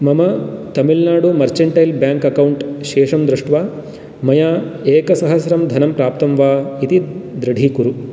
मम Tamil Nadu mercantile bank account शेषं दृष्ट्वा मया एकसहस्रं धनं प्राप्तं वा इति दृढीकुरु